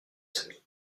semis